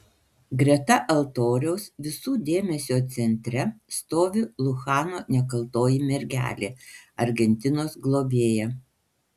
greta altoriaus visų dėmesio centre stovi luchano nekaltoji mergelė argentinos globėja